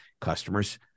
Customers